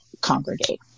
congregate